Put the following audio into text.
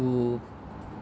to